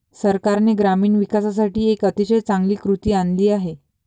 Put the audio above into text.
सरकारने ग्रामीण विकासासाठी एक अतिशय चांगली कृती आणली आहे